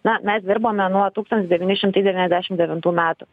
na mes dirbame nuo tūkstantis devyni šimtai devyniasdešim devintų metų